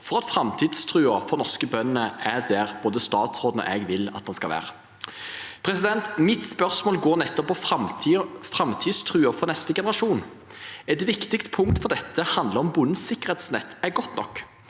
for at framtidstroen for norske bønder er der både statsråden og jeg vil at den skal være. Mitt spørsmål går nettopp på framtidstroen for neste generasjon. Et viktig punkt for dette handler om bondens sikkerhetsnett er godt nok.